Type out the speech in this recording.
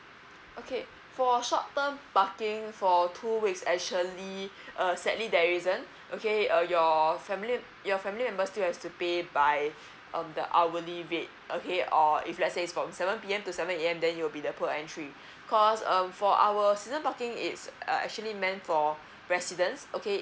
okay for short term parking for two weeks actually uh sadly there isn't okay uh your family your family members to have to pay by um the hourly rate okay or if let's say is from seven P_M to seven A_M that you'll be the per entry cause um for our season parking uh is actually meant for residences okay